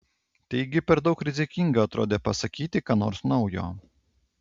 taigi per daug rizikinga atrodė pasakyti ką nors naujo